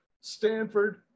Stanford